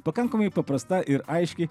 pakankamai paprasta ir aiški